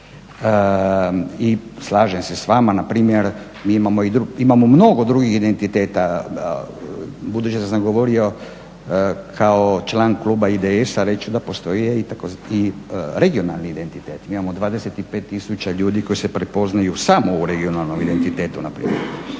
I slažem se vama, npr. mi imamo mnogo drugih identiteta. Budući da sam govorio kao član kluba IDS-a reći ću da postoje i regionalni identiteti. Mi imamo 25 tisuća ljudi koji se prepoznaju samo u regionalnom identitetu npr.